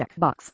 checkbox